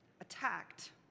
attacked